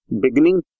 beginning